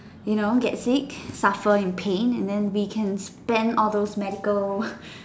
you know get sick suffer in pain and then we can spend all those medical